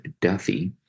Duffy